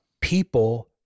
people